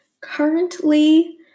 Currently